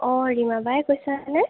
অঁ ৰীমা বাই কৈছা নে